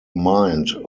mind